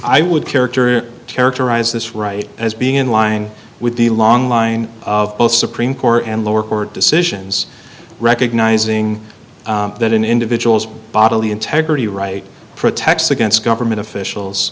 i would character characterize this right as being in line with the long line of both supreme court and lower court decisions recognizing that an individual's bodily integrity right protects against government officials